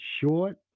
short